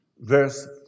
verse